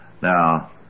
Now